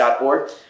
org